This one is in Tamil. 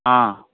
ஆ